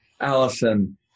Allison